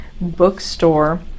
bookstore